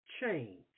change